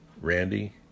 Randy